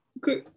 Good